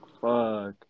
fuck